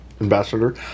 Ambassador